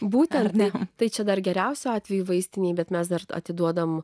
būti ar ne tai čia dar geriausiu atveju vaistinėje bet mes dar atiduodame